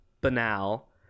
banal